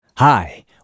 Hi